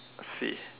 see